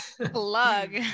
Plug